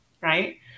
right